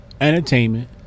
entertainment